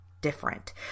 different